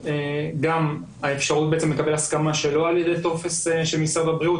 גם האפשרות לקבל הסכמה שלא על ידי טופס של משרד הבריאות,